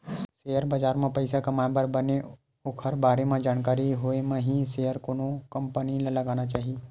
share बजार म पइसा कमाए बर बने ओखर बारे म जानकारी के होय म ही सेयर कोनो कंपनी म लगाना चाही